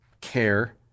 care